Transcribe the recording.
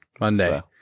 Monday